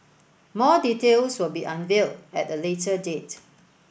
more details will be unveiled at a later date